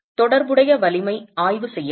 தொடர்புடைய வலிமை ஆய்வு செய்யப்படும்